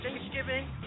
Thanksgiving